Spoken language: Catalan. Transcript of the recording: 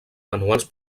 manuals